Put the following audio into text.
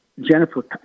Jennifer